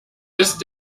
ist